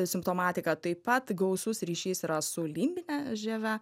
simptomatika taip pat gausus ryšys yra su limbine žieve